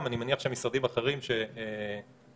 אני מניח לגבי משרדים אחרים הבנתי,